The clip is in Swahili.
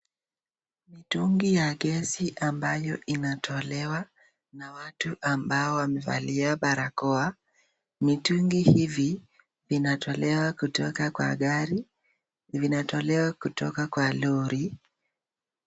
Mitungi ya gesi ambayo inatolewa na watu ambao wamevalia barakoa. Mitungi hivi vinatolewa kutoka kwa gari, vinatolewa kutoka kwa lori